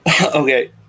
Okay